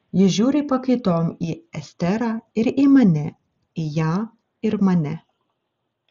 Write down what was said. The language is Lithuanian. jis žiūri pakaitom į esterą ir į mane į ją ir mane